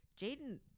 Jaden